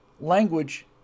language